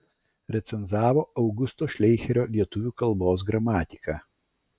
recenzavo augusto šleicherio lietuvių kalbos gramatiką